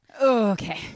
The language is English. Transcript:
Okay